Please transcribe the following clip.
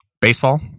Baseball